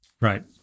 Right